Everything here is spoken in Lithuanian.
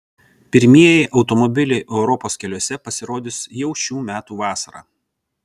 pirmieji automobiliai europos keliuose pasirodys jau šių metų vasarą